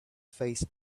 face